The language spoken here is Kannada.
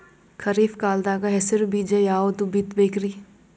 ಖರೀಪ್ ಕಾಲದಾಗ ಹೆಸರು ಬೀಜ ಯಾವದು ಬಿತ್ ಬೇಕರಿ?